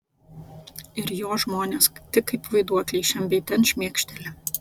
ir jo žmonės tik kaip vaiduokliai šen bei ten šmėkšteli